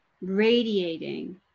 radiating